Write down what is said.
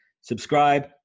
Subscribe